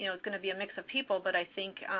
you know it's going to be a mix of people. but i think